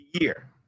year